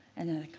and i'm like,